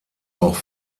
auch